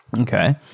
Okay